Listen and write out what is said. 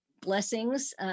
blessings